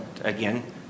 again